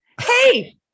hey